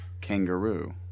kangaroo